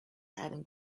having